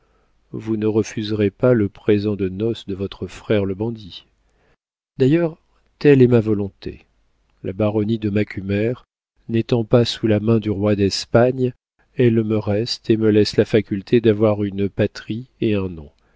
vous ne refuserez pas le présent de noces de votre frère le bandit d'ailleurs telle est ma volonté la baronnie de macumer n'étant pas sous la main du roi d'espagne elle me reste et me laisse la faculté d'avoir une patrie et un nom